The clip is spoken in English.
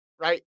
right